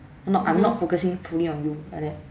not I'm not focusing fully on you like that